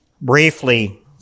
briefly